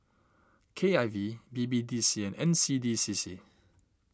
K I V B B D C and N C D C C